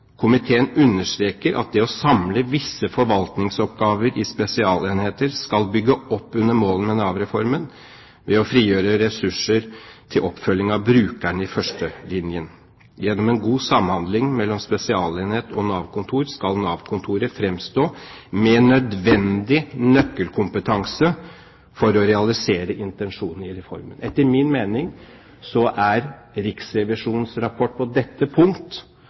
Komiteen understreker at det å samle visse forvaltningsoppgaver i spesialenheter, skal bygge opp under målene med NAV-reformen, ved å frigjøre administrative ressurser til oppfølging av brukerne i førstelinjen. Gjennom en god samhandling mellom spesialenhet og NAV-kontor, skal NAV-kontoret fremstå med nødvendig nøkkelkompetanse for å realisere intensjonen i reformen». Etter min mening er Riksrevisjonens rapport på dette punkt